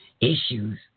issues